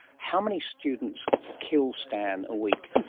how many students kill stan a week?